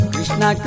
Krishna